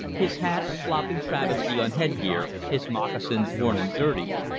his hat a flopping travesty on headgear, his moccasins, worn and dirty,